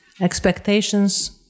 Expectations